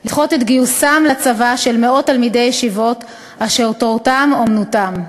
לדחות את גיוסם לצבא של מאות תלמידי ישיבות אשר תורתם אומנותם.